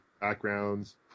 backgrounds